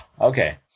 Okay